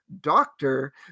doctor